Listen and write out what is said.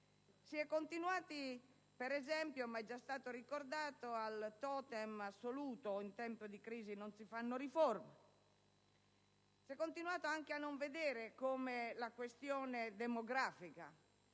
Si è continuato poi, com'è già stato ricordato, con il totem assoluto secondo cui in tempo di crisi non si fanno riforme. Si è continuato anche a non vedere come la questione demografica,